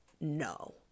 no